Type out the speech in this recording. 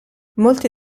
molti